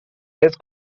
vez